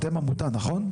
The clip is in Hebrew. אז אתם עמותה, נכון?